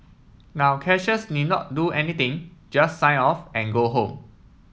now cashiers need not do anything just sign off and go home